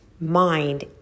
mind